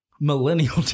millennial